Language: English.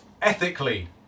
ethically